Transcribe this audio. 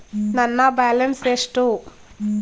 ನನ್ನ ಬ್ಯಾಲೆನ್ಸ್ ಎಷ್ಟು?